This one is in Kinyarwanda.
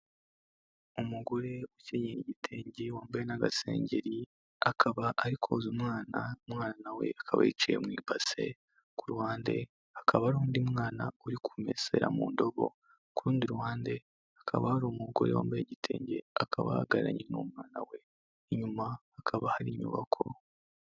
Umugore ukenyeye igitenge wambaye n'agasengeri akaba ari koza umwana, umwana we akaba yicaye mu ibase ku ruhande akaba hari undi mwana uri kumesera mu ndobo, kurundi ruhande hakaba hari umugore wambaye igitenge, akaba ahagararanye n'umwana we, inyuma hakaba hari inyubako.